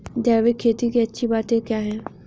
जैविक खेती की अच्छी बातें क्या हैं?